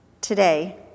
Today